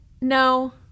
No